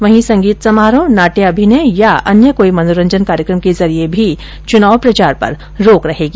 वहीं संगीत समारोह नाट्य अभिनय या अन्य कोई मनोरंजन कायकम के ॅजरिये भी चुनाव प्रचार पर रोक रहेगी